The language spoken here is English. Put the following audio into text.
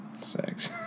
sex